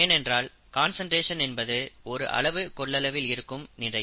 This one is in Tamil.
ஏனென்றால் கான்சன்ட்ரேஷன் என்பது ஒரு அளவு கொள்ளளவில் இருக்கும் நிறை